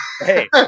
Hey